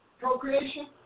Procreation